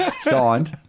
Signed